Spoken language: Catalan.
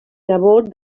nebot